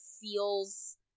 feels